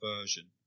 version